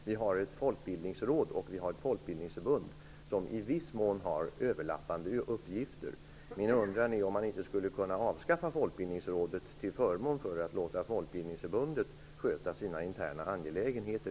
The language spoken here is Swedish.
Vi har ett folkbildningsråd och ett folkbildningsförbund, som i viss mån har överlappande uppgifter. Min undran är om man inte skulle kunna avskaffa folkbildningsrådet till förmån för folkbildningsförbundet, som kunde få sköta sina interna angelägenheter.